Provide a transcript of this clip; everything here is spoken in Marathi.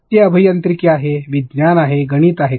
ते अभियांत्रिकी आहे विज्ञान आहे गणित आहे का